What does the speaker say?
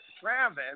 Travis